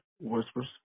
whispers